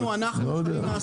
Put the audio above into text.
לא יודע.